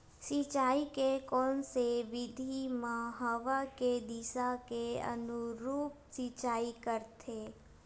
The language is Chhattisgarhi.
सिंचाई के कोन से विधि म हवा के दिशा के अनुरूप सिंचाई करथे?